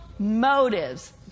motives